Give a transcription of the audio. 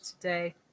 today